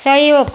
सहयोग